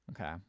Okay